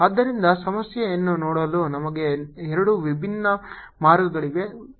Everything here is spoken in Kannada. ಆದ್ದರಿಂದ ಸಮಸ್ಯೆಯನ್ನು ನೋಡಲು ನಮಗೆ ಎರಡು ವಿಭಿನ್ನ ಮಾರ್ಗಗಳಿವೆ